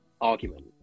argument